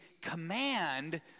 command